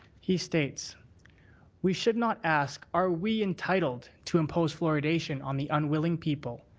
he states we should not ask are we entitled to impose fluoridation on the unwilling people,